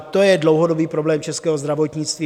To je dlouhodobý problém českého zdravotnictví.